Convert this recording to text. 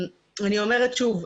אני אומרת כאן שוב,